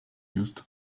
used